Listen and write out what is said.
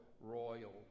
royal